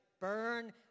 Burn